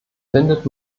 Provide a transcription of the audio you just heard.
findet